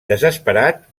desesperat